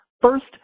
First